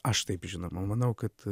aš taip žinoma manau kad